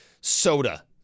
soda